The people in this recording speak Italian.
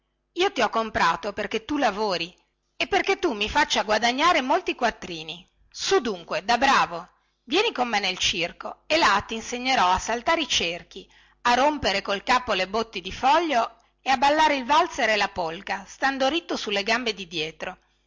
io ti ho comprato perché tu lavori e perché tu mi faccia guadagnare molti quattrini su dunque da bravo vieni con me nel circo e là ti insegnerà a saltare i cerchi a rompere col capo le botti di foglio e a ballare il valzer e la polca stando ritto sulle gambe di dietro